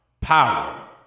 Power